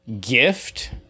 gift